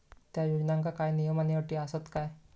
त्या योजनांका काय नियम आणि अटी आसत काय?